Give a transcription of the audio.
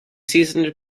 seasoned